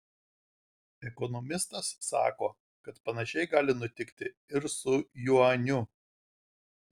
ekonomistas sako kad panašiai gali nutikti ir su juaniu